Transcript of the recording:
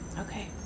Okay